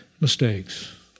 mistakes